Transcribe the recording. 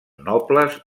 nobles